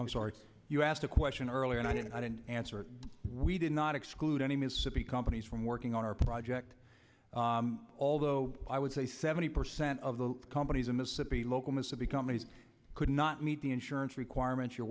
i'm sorry you asked a question earlier and i didn't i didn't answer we did not exclude any mississippi companies from working on our project although i would say seventy percent of the companies in mississippi local most of the companies could not meet the insurance requirements your